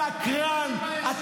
שקרן.